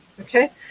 Okay